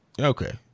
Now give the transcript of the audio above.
Okay